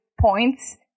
points